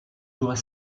doit